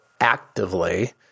actively